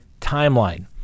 timeline